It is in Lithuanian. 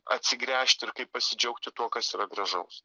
atsigręžti ir kaip pasidžiaugti tuo kas yra gražaus